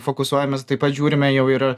fokusuojamės taip pat žiūrime jau ir